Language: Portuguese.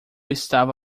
estava